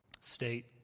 state